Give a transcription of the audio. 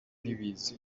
n’ibiza